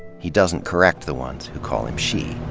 he doesn't correct the ones who call him she.